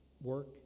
work